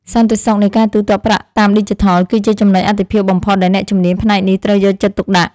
សន្តិសុខនៃការទូទាត់ប្រាក់តាមឌីជីថល គឺជាចំនុចអាទិភាពបំផុតដែលអ្នកជំនាញផ្នែកនេះត្រូវយកចិត្តទុកដាក់។